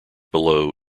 below